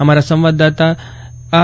અમારા સંવાદદાતા આર